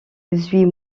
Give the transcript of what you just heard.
huit